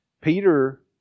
Peter